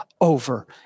over